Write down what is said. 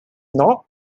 not